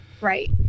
Right